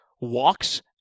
walks